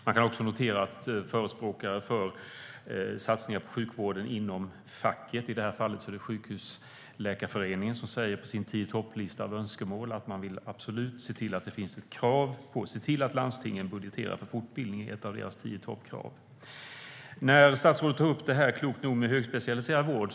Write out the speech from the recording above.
Man kan också notera vad fackliga förespråkare för satsningar på sjukvården säger. I det här fallet har Sjukhusläkarföreningen på sin tio-i-topp-lista av önskemål att man absolut vill se till att landstingen budgeterar för fortbildning. Det är ett av deras tio-i-topp-krav. Statsrådet tar klokt nog upp det här med högspecialiserad vård.